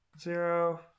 zero